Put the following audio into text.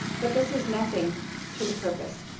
but this is nothing to the purpose,